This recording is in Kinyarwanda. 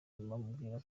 bamubwira